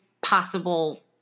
possible